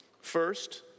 First